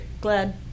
Glad